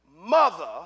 Mother